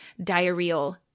diarrheal